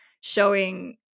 showing